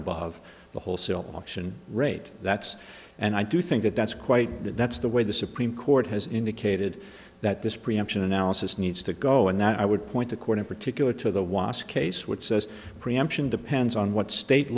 above the wholesale auction rate that's and i do think that that's quite that's the way the supreme court has indicated that this preemption analysis needs to go and i would point the court in particular to the wost case which says preemption depends on what state